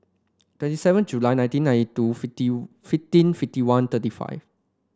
twenty seven July nineteen ninety two fifteen fifteen fifty one thirty five